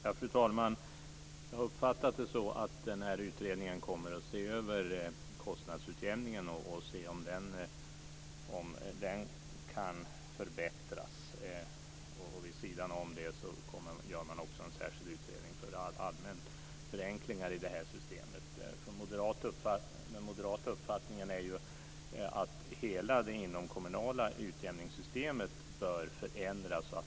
Fru talman! Jag har uppfattat det som att den här utredningen kommer att se över kostnadsutjämningen och se om den kan förbättras. Vid sidan av det gör man också en särskild utredning när det gäller allmänna förenklingar i det här systemet. Den moderata uppfattningen är ju att hela det inomkommunala utjämningssystemet bör förändras.